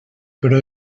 però